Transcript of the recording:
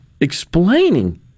explaining